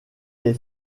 est